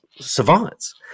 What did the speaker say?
savants